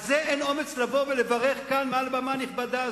על זה אין אומץ לבוא ולברך כאן מעל במה נכבדה זו.